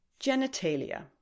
Genitalia